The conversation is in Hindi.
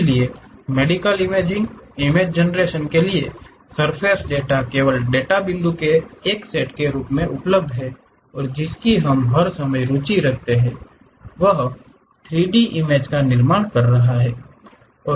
इसलिए मेडिकल इमेजिंग इमेज जनरेशन के लिए सर्फ़ेस डेटा केवल डेटा बिंदुओं के एक सेट के रूप में उपलब्ध है और जिसकी हम हर समय रुचि रखते हैं जो वह 3 डी इमेज का निर्माण कर रहा है